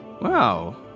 Wow